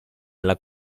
dalla